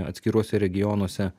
atskiruose regionuose